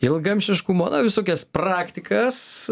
ilgaamžiškumą na visokias praktikas